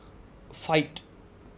fight